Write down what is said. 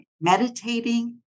meditating